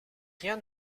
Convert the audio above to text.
rien